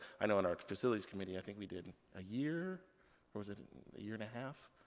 i know in our facilities committee, i think we did a year, or was it a year and a half,